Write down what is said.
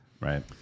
Right